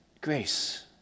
grace